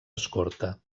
escorta